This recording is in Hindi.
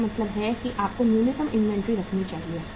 इसका मतलब है कि आपको न्यूनतम इन्वेंट्री रखनी होगी